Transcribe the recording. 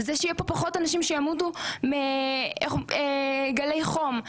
זה שיהיו פה פחות אנשים שימותו מגלי חום,